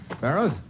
Barrows